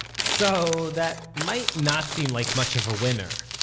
so that might not seem like much of a winner,